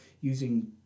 using